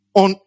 on